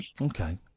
Okay